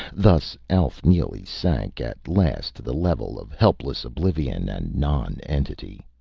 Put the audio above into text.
thus alf neely sank at last to the level of helpless oblivion and nonentity.